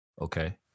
okay